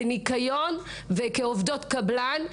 בניקיון וכעובדות קבלן.